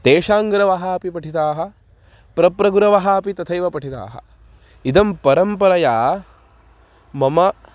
तेषां गुरवः अपि पठिताः प्रप्रगुरवः अपि तथैव पठिताः इदं परम्परया मम